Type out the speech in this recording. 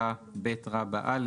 את סעיף49ב(א)